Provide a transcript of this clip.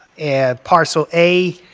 and parcel a